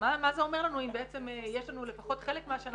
מה זה אומר לנו אם בעצם יש לנו לפחות חלק מהשנה